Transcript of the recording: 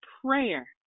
prayer